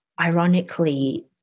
ironically